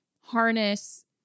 harness